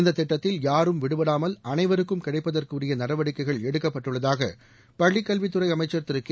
இந்த திட்டத்தில் யாரும் விடுபடாமல் அனைவருக்கும் கிடைப்பதற்கு உரிய நடவடிக்கைகள் கல்வித் எடுக்கப்பட்டுள்ளதாக பள்ளிக் துறை அமைச்சர் திரு கே